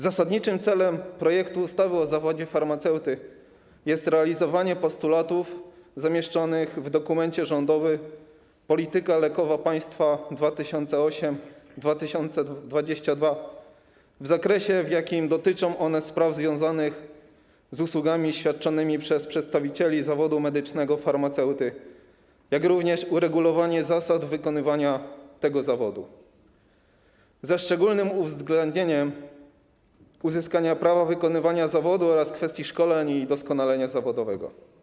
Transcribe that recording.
Zasadniczym celem projektu ustawy o zawodzie farmaceuty jest zrealizowanie postulatów zamieszczonych w dokumencie rządowym „Polityka lekowa państwa 2008-2022” w zakresie, w jakim dotyczą one spraw związanych z usługami świadczonymi przez przedstawicieli zawodu medycznego farmaceuty, jak również uregulowanie zasad wykonywania tego zawodu, ze szczególnym uwzględnieniem uzyskania prawa wykonywania zawodu oraz kwestii szkoleń i doskonalenia zawodowego.